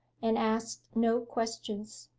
and asked no questions.